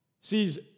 sees